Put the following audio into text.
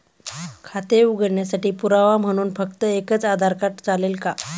खाते उघडण्यासाठी पुरावा म्हणून फक्त एकच आधार कार्ड चालेल का?